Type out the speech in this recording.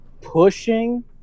pushing